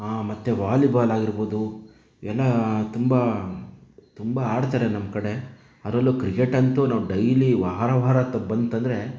ಹಾಂ ಮತ್ತು ವಾಲಿಬಾಲ್ ಆಗಿರ್ಬೋದು ಎಲ್ಲ ತುಂಬ ತುಂಬ ಆಡ್ತಾರೆ ನಮ್ಮ ಕಡೆ ಅದರಲ್ಲೂ ಕ್ರಿಕೆಟ್ ಅಂತೂ ನಾವು ಡೈಲಿ ವಾರ ವಾರ ತ ಬಂತೆಂದರೆ